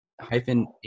hyphen